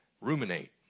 ruminate